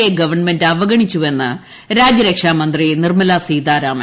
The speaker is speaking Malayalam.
എ ഗവൺമെന്റ അവഗണിച്ചുവെന്ന് രാജ്യരക്ഷാമന്ത്രി നിർമലാ സീതാരാമൻ